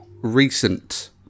recent